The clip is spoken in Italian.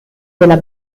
della